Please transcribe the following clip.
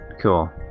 cool